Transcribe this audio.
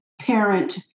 parent